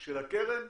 של הקרן,